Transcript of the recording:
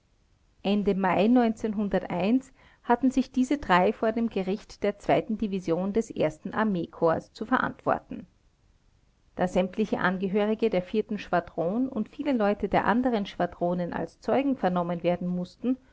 ende mai hatten sich diese drei vor dem gericht der zweiten division des ersten armeekorps zu verantworten da sämtliche angehörige der vierten schwadron und viele leute der anderen schwadronen als zeugen vernommen werden mußten